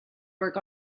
work